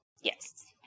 Yes